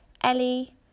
ellie